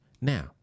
now